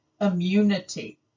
immunity